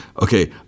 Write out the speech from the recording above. okay